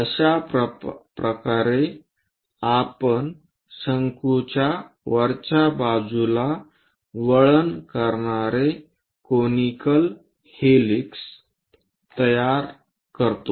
अशाप्रकारे आपण शंकूचे वरच्या बाजूला वळण करणारे कोनिकल हेलिक्स तयार करतो